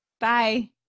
Bye